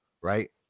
right